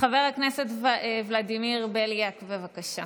חבר הכנסת ולדימיר בליאק, בבקשה.